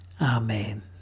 Amen